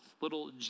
little